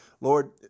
Lord